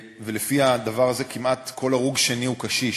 לפי הדבר הזה, כמעט כל הרוג שני הוא קשיש.